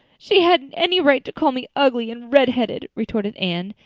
she hadn't any right to call me ugly and redheaded, retorted anne,